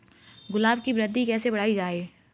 गुलाब की वृद्धि कैसे बढ़ाई जाए?